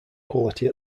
quality